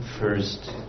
first